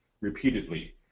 repeatedly